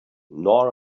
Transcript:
nor